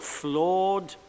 flawed